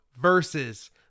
versus